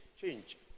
change